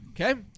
Okay